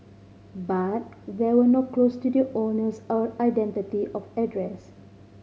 but there were no clues to the owner's or identity of address